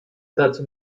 dazu